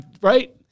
right